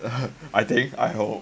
I think I hope